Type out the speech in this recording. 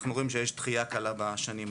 אנחנו רואים שיש דחייה קלה בשנים האלה.